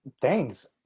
thanks